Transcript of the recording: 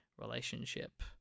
relationship